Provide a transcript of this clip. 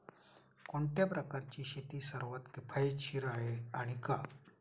कोणत्या प्रकारची शेती सर्वात किफायतशीर आहे आणि का?